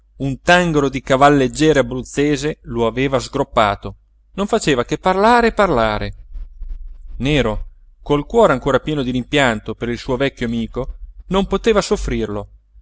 un tanghero di cavalleggere abruzzese lo aveva sgroppato non faceva che parlare e parlare nero col cuore ancor pieno di rimpianto per il suo vecchio amico non poteva soffrirlo